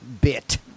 bit